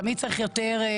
תמיד צריך יותר,